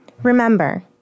Remember